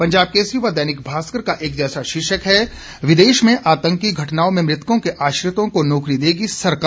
पंजाब केसरी व दैनिक भास्कर का एक जैसा शीर्षक है विदेश में आतंकी घटनाओं में मृतकों के आश्रितों को नौकरी देगी सरकार